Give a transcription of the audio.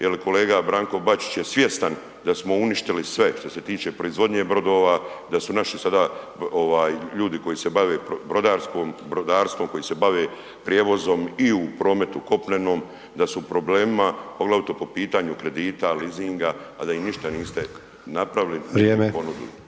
jer kolega Branko Bačić je svjestan da smo uništili sve što se tiče proizvodnje brodova, da su naši sada ljudi koji se bave brodarstvom, koji se bave prijevozom i u prometu kopnenom, da su u problemima, poglavito po pitanju kredita, leasinga a da im ništa niste napravili ni